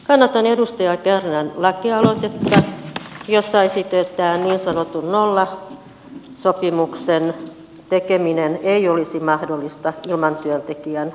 kannatan edustaja kärnän lakialoitetta jossa esitetään että niin sanotun nollasopimuksen tekeminen ei olisi mahdollista ilman työntekijän suostumusta